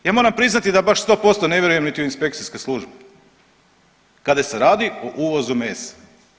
Ja moram priznati da baš sto posto ne vjerujem niti u inspekcijske službe kada se radi o uvozu mesa.